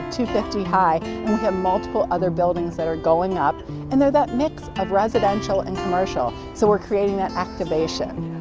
fifty high. and we have multiple other buildings that are going up and they're that mix of residential and commercial, so we're creating that activation.